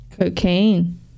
Cocaine